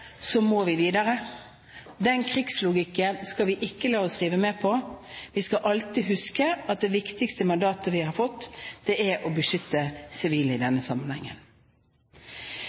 må vi videre. Den krigslogikken skal vi ikke la oss rive med av. Vi skal alltid huske at det viktigste mandatet vi har fått, er å beskytte sivile i denne sammenhengen.